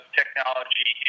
technology